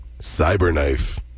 Cyberknife